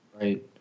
Right